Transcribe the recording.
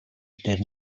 дээр